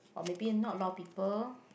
or maybe not a lot of people